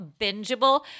bingeable